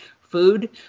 food